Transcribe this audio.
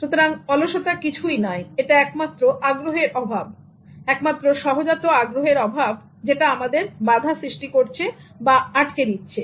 সুতরাং অলসতা কিছুই না এটা একমাত্র আগ্রহের অভাব এটা একমাত্র সহজাত আগ্রহের অভাব যেটা আমাদের বাধা সৃষ্টি করছে বা আটকে দিচ্ছে